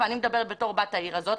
ואני מדברת כבת העיר הזו,